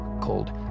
called